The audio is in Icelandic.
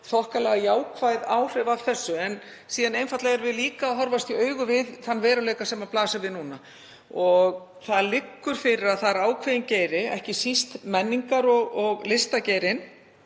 þokkalega jákvæð áhrif af þessu. En síðan erum við einfaldlega líka að horfast í augu við þann veruleika sem blasir við núna. Það liggur fyrir að það er ákveðinn geiri, ekki síst menningar- og listageirinn,